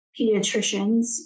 pediatricians